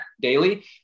daily